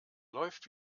läuft